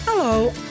Hello